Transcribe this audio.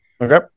okay